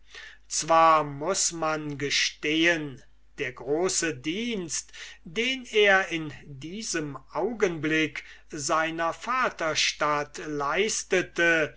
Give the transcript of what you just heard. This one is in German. zwar muß man gestehen der große dienst den er in diesem augenblicke seiner vaterstadt leistete